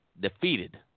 defeated